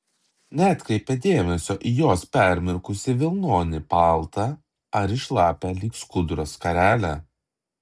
neatkreipė dėmesio į jos permirkusį vilnonį paltą ar į šlapią lyg skuduras skarelę